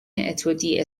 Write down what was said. اتودی